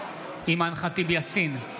אימאן ח'טיב יאסין,